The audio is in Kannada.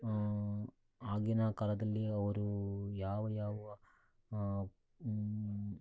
ಆಗಿನ ಕಾಲದಲ್ಲಿ ಅವರು ಯಾವ ಯಾವ